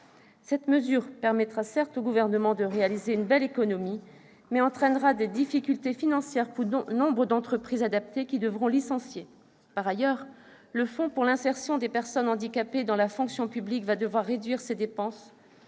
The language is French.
Cette mesure permettra certes au Gouvernement de réaliser une belle économie, mais elle entraînera des difficultés financières pour nombre d'entreprises adaptées, qui devront licencier. Par ailleurs, le Fonds pour l'insertion des personnes handicapées dans la fonction publique va devoir réduire ses dépenses,